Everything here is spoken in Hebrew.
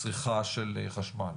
צריכת החשמל.